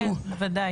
כן בוודאי.